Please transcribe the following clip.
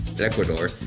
Ecuador